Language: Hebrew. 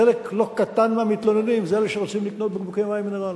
חלק לא קטן מהמתלוננים זה אלה שרוצים לקנות בקבוקי מים מינרליים.